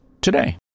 Today